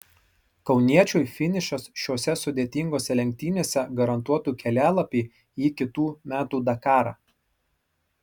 kauniečiui finišas šiose sudėtingose lenktynėse garantuotų kelialapį į kitų metų dakarą